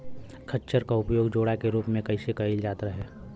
खच्चर क उपयोग जोड़ा के रूप में कैईल जात रहे